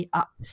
up